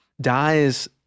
dies